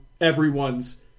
everyone's